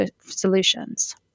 solutions